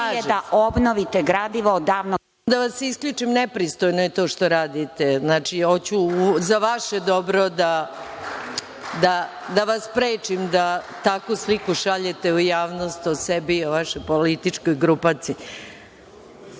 …)Da vas isključim, nepristojno je to što radite. Hoću za vaše dobro da vas sprečim da takvu sliku šaljete u javnost, o sebi i o vašoj političkoj grupaciji. Moram